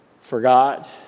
forgot